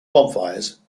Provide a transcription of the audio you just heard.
bonfires